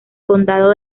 condado